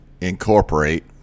incorporate